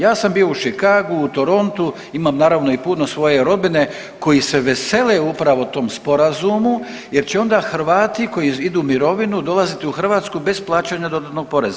Ja sam bio u Chicagu, u Torontu, imam naravno i puno svoje rodbine koji se vesele upravo tom sporazumu jer će onda Hrvati koji idu u mirovinu dolaziti u Hrvatsku bez plaćanja dodatnog poreza.